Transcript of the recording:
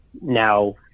now